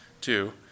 two